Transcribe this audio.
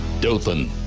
Dothan